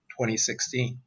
2016